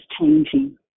changing